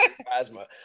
Plasma